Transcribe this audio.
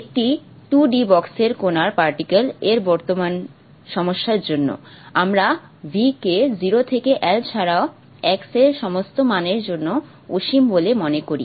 একটি 2d বক্সের কণার এর বর্তমান সমস্যার জন্য আমরা V কে 0 থেকে L ছাড়া x এর সমস্ত মানের জন্য অসীম বলে মনে করি